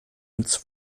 ins